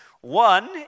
One